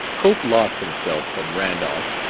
cope lost himself from randolph,